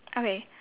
okay